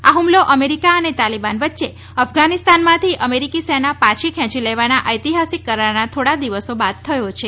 આ હુમલો અમેરીકા અને તાલીબાન વચ્ચે અફઘાનીસ્તાનમાંથી અમેરીકી સેના પછી ખેંચી લેવાના ઐતિહાસીક કરારના થોડા દિવસોમાં જ થયો છે